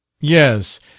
Yes